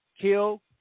kill